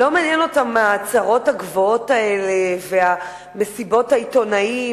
לא מעניין אותם ההצהרות הגבוהות האלה ומסיבות העיתונאים